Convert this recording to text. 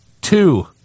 two